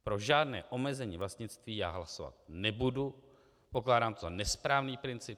Pro žádné omezení vlastnictví já hlasovat nebudu, pokládám to za nesprávný princip.